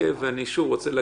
אני הולך לוועדת החוץ והביטחון.